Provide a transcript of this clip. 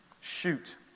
Shoot